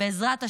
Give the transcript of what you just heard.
בעזרת השם,